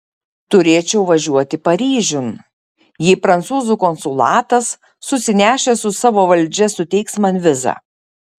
turėčiau važiuoti paryžiun jei prancūzų konsulatas susinešęs su savo valdžia suteiks man vizą